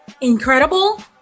Incredible